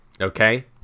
okay